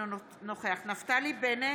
אינו נוכח נפתלי בנט,